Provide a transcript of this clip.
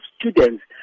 students